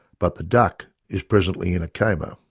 but the duck is presently in a coma.